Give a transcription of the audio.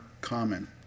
common